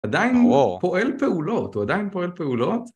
עדיין הוא פועל פעולות, הוא עדיין פועל פעולות.